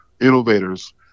innovators